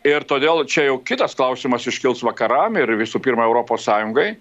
ir todėl čia jau kitas klausimas iškils vakaram ir visų pirma europos sąjungai